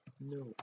no